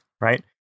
right